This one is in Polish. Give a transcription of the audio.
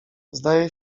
zdaje